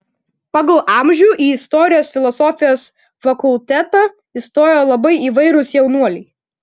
pagal amžių į istorijos filosofijos fakultetą įstojo labai įvairūs jaunuoliai